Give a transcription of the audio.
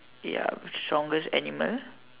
ya strongest animal